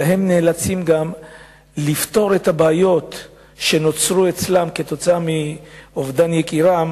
אלא נאלצות לפתור את הבעיות שנוצרו אצלן בגלל אובדן יקירן